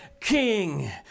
king